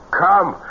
come